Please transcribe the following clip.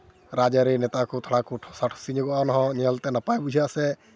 ᱨᱟᱡᱽᱟᱹᱨᱤ ᱱᱮᱛᱟ ᱠᱚ ᱛᱷᱚᱲᱟ ᱠᱚ ᱴᱷᱚᱥᱟ ᱴᱷᱚᱥᱤ ᱧᱚᱜᱚᱜᱼᱟ ᱚᱱᱟ ᱦᱚᱸ ᱧᱮᱞᱛᱮ ᱱᱟᱯᱟᱭ ᱵᱩᱡᱷᱟᱹᱜᱼᱟ ᱥᱮ